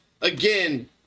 again